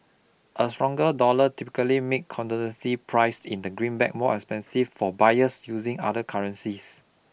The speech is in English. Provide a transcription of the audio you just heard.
a stronger dollar typically make commodities priced in the greenback more expensive for buyers using other currencies